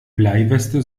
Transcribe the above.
bleiweste